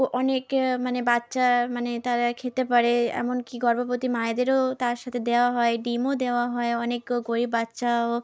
অনেক মানে বাচ্চা মানে তারা খেতে পারে এমনকি গর্ভবতী মায়েদেরও তার সাথে দেওয়া হয় ডিমও দেওয়া হয় অনেক গরিব বাচ্চাও